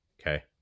Okay